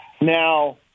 Now